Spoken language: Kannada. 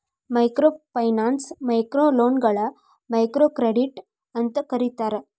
ಮೈಕ್ರೋಫೈನಾನ್ಸ್ ಮೈಕ್ರೋಲೋನ್ಗಳ ಮೈಕ್ರೋಕ್ರೆಡಿಟ್ ಅಂತೂ ಕರೇತಾರ